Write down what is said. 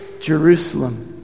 Jerusalem